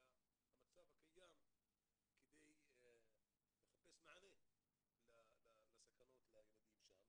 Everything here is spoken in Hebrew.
המצב הקיים כדי לחפש מענה לסכנות להן חשופים